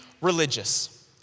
religious